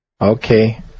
Okay